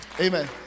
amen